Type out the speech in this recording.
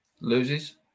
Loses